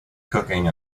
cooking